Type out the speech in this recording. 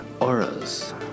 auras